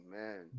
Amen